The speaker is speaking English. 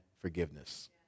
forgiveness